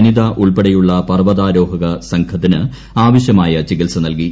വനിത ഉൾപ്പെടെയുള്ള പർവതാരോഹക സംഘത്തിന് ആവശ്യമായ ചികിത്സ നൽകി